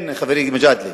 כן, חברי מג'אדלה.